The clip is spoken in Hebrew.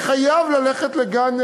ללכת לגן.